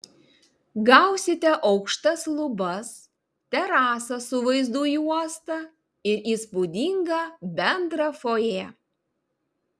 gausite aukštas lubas terasą su vaizdu į uostą ir įspūdingą bendrą fojė